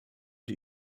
die